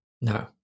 No